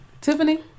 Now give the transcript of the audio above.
Tiffany